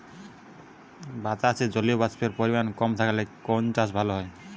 বাতাসে জলীয়বাষ্পের পরিমাণ কম থাকলে কোন চাষ ভালো হয়?